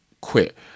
quit